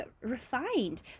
refined